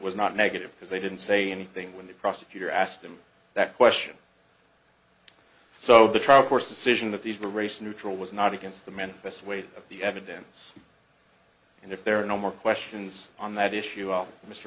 was not negative because they didn't say anything when the prosecutor asked them that question so the trial court's decision that these were race neutral was not against the manifest weight of the evidence and if there are no more questions on that issue of mr